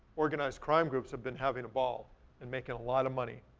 organized crime groups have been having a ball and making a lot of money.